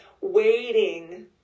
waiting